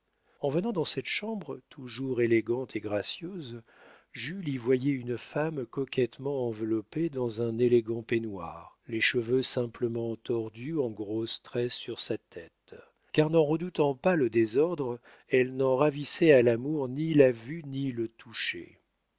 en venant dans cette chambre toujours élégante et gracieuse jules y voyait une femme coquettement enveloppée dans un élégant peignoir les cheveux simplement tordus en grosses tresses sur sa tête car n'en redoutant pas le désordre elle n'en ravissait à l'amour ni la vue ni le toucher